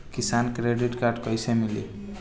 किसान credit card कइसे मिली?